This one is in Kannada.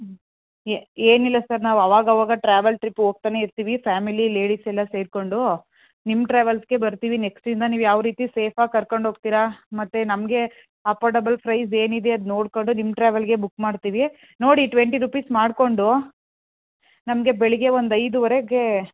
ಹ್ಞೂ ಏನಿಲ್ಲ ಸರ್ ನಾವು ಅವಾಗವಾಗ ಟ್ರಾವೆಲ್ ಟ್ರಿಪ್ ಹೋಗ್ತನೇ ಇರ್ತೀವಿ ಫ್ಯಾಮಿಲಿ ಲೇಡೀಸ್ ಎಲ್ಲ ಸೇರಿಕೊಂಡು ನಿಮ್ಮ ಟ್ರಾವೆಲ್ಸಿಗೇ ಬರ್ತೀವಿ ನೆಕ್ಸ್ಟಿಂದ ನೀವು ಯಾವ ರೀತಿ ಸೇಫ್ ಆಗಿ ಕರ್ಕೊಂಡು ಹೋಗ್ತಿರಾ ಮತ್ತು ನಮಗೆ ಅಫರ್ಡೆಬಲ್ ಪ್ರೈಸ್ ಏನಿದೆ ಅದು ನೋಡಿಕೊಂಡು ನಿಮ್ಮ ಟ್ರಾವೆಲ್ಲಿಗೇ ಬುಕ್ ಮಾಡ್ತೀವಿ ನೋಡಿ ಟ್ವೆಂಟಿ ರುಪೀಸ್ ಮಾಡಿಕೊಂಡು ನಮಗೆ ಬೆಳಿಗ್ಗೆ ಒಂದು ಐದೂವರೆಗೆ